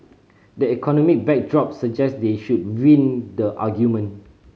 the economic backdrop suggest they should win the argument